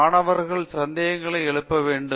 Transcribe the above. மாணவர்கள் சந்தேகங்களை எழுப்ப வேண்டும்